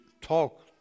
talk